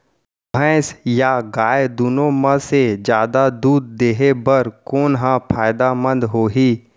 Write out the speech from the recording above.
भैंस या गाय दुनो म से जादा दूध देहे बर कोन ह फायदामंद होही?